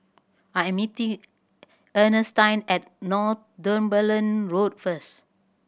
I am meeting Earnestine at Northumberland Road first